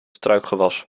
struikgewas